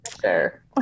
sure